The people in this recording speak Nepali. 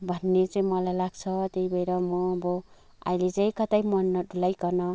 भन्ने चाहिँ मलाई लाग्छ त्यही भएर म अब अहिले चाहिँ कतै मन नडुलाइकन